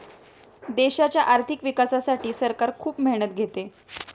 देशाच्या आर्थिक विकासासाठी सरकार खूप मेहनत घेते